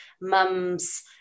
mums